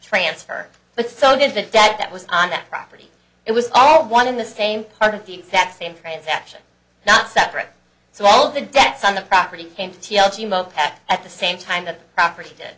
transfer but so did the debt that was on that property it was all one in the same part of the exact same transaction not separate so all of the debts on the property came to t l c motet at the same time the property did